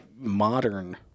modern